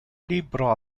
libro